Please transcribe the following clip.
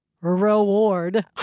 reward